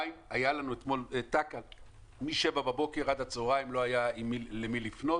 אתמול מ-07:00 בבוקר עד הצוהרים לא היה למי לפנות